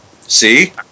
See